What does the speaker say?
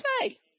say